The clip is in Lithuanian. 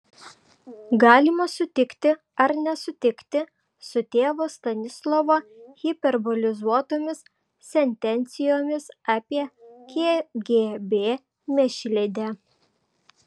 galima sutikti ar nesutikti su tėvo stanislovo hiperbolizuotomis sentencijomis apie kgb mėšlidę